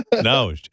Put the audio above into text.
No